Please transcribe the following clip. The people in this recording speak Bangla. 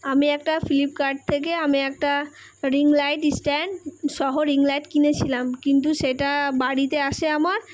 আমি একটা ফ্লিপকার্ট থেকে আমি একটা রিং লাইট স্ট্যান্ড সহ রিং লাইট কিনেছিলাম কিন্তু সেটা বাড়িতে আসে আমার